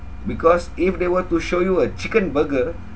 because if they were to show you a chicken burger